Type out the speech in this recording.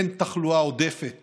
אין תחלואה עודפת